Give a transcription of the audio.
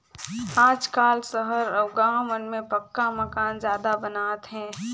आजकाल सहर अउ गाँव मन में पक्का मकान जादा बनात हे